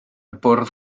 bwrdd